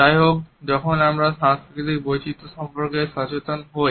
যাইহোক যখন আমরা সাংস্কৃতিক বৈচিত্র সম্পর্কে সচেতন হই